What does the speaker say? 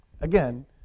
again